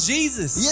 Jesus